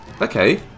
Okay